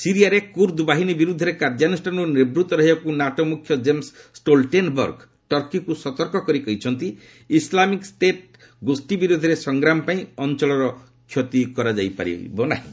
ସିରିଆରେ କୁର୍ଦ୍ଦ ବାହିନୀ ବିରୁଦ୍ଧରେ କାର୍ଯ୍ୟାନୁଷାନରୁ ନିବୂତ୍ତ ରହିବାକୁ ନାଟୋ ମୁଖ୍ୟ ଜେମ୍ସ ଷ୍ଟୋଲଟେନ୍ବର୍ଗ ଟର୍କୀକୁ ସତର୍କ କରି କହିଛନ୍ତି ଇସଲାମିକ୍ ଷ୍ଟେଟ୍ ଗୋଷୀ ବିରୁଦ୍ଧରେ ସଂଗ୍ରାମ ପାଇଁ ଅଞ୍ଚଳର କ୍ଷତି କରାଯାଇପାରିବ ନାହିଁ